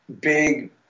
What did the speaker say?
big